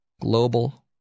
global